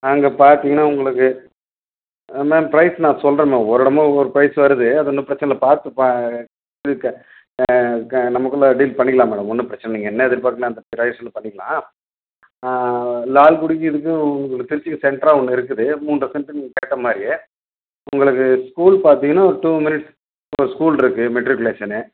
அங்கே பார்த்தீங்கன்னா உங்களுக்கு ஆ மேம் ப்ரைஸ் நான் சொல்கிறேன் மேம் ஒவ்வொரு இடமும் ஒவ்வொரு ப்ரைஸ் வருது அது ஒன்றும் பிரச்சின இல்லை பார்த்து ப இது க க நமக்குள்ளே டீல் பண்ணிக்கலாம் மேடம் ஒன்றும் பிரச்சின இல்லை நீங்கள் என்ன எதிர்ப்பார்க்குறீங்களோ அந்த ப்ரைஸ்சில் பண்ணிக்கலாம் லால்குடிக்கும் இதுக்கும் உங்களுக்கு திருச்சிக்கு செண்ட்ராக ஒன்று இருக்குது மூன்றரை செண்ட்டு நீங்கள் கேட்ட மாதிரி உங்களுக்கு ஸ்கூல் பார்த்தீங்கன்னா ஒரு டூ மினிட்ஸ் ஒரு ஸ்கூல் இருக்குது மெட்ரிக்குலேஷனு